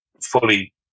fully